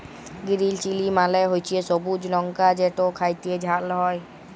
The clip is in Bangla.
গিরিল চিলি মালে হছে সবুজ লংকা যেট খ্যাইতে ঝাল হ্যয়